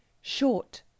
short